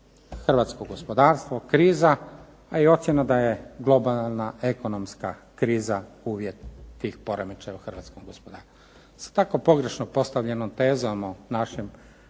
hrvatsko gospodarstvo, kriza, a i ocjena da je globalna ekonomska kriza uvjet tih poremećaja u hrvatskom gospodarstvu. S tako pogrešno postavljenom tezom o našim